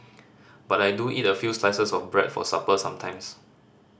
but I do eat a few slices of bread for supper sometimes